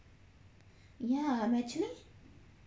ya I'm actually